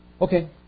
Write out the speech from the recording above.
Okay